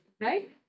right